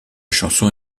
chanson